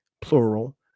plural